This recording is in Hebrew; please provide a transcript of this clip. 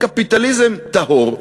בקפיטליזם טהור,